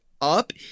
up